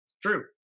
true